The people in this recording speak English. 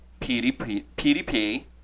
PDP